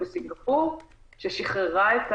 בסינגפור ששחררה את